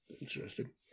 interesting